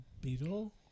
Beetle